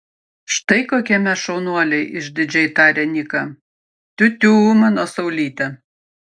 štai kokie mes šaunuoliai išdidžiai tarė niką tiutiū mano saulyte